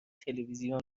تلویزیون